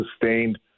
sustained